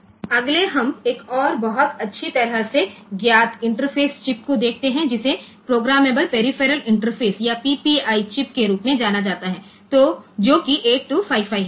आगे हम एक और बहुत अच्छी तरह से ज्ञात इंटरफ़ेस चिप को देखते हैं जिसे प्रोग्रामेबल पेरीफेरल इंटरफ़ेस या PPI चिप के रूप में जाना जाता है जो कि 8255 है